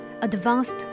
advanced